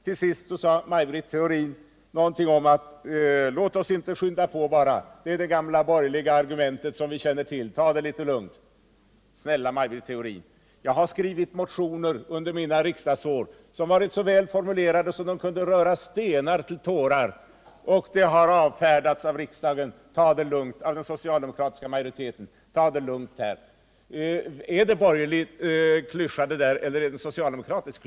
Till sist sade Maj Britt Theorin någonting om att det är det gamla välkända borgerliga argumentet att säga: ”Ta det lugnt — låt oss inte skynda på.” Snälla Maj Britt Theorin! Under mina riksdagsår har jag skrivit motioner som varit så väl formulerade att de kunde röra stenar till tårar, men de har avfärdats av den socialdemokratiska majoriteten med orden: ”Ta det lugnt!” Är det en borgerlig klyscha eller en socialdemokratisk?